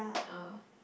yeah